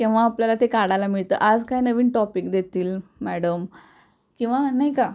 केव्हा आपल्याला ते काढायला मिळतं आज काय नवीन टॉपिक देतील मॅडम किंवा नाही का